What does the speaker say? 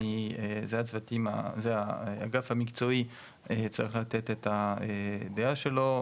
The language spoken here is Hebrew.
זה האגף המקצועי צריך לתת את הדעה שלו,